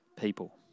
people